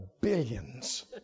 billions